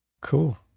Cool